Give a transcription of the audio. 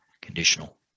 conditional